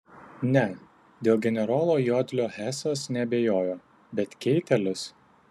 ne dėl generolo jodlio hesas neabejojo bet keitelis